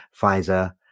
Pfizer